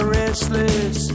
restless